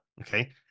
Okay